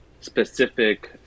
specific